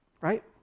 right